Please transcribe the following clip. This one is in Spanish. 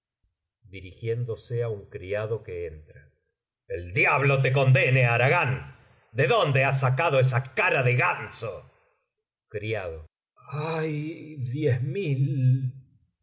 la duda ni temblarán de miedo dirigiéndose á un criado que entra el diablo te condene haragán de dónde has sacado esa cara de ganso criado hay diez mil